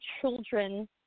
children